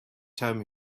time